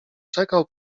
czekał